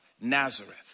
Nazareth